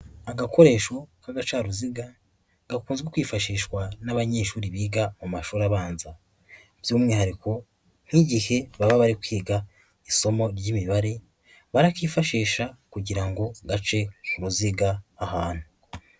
Agakoresho k'agacaruziga gakunze kwifashishwa n'abanyeshuri biga mu mashuri abanza, by'umwihariko nk'igihe baba bari kwiga isomo ry'imibare barakifashisha kugira ngo gace uruziga ahantu.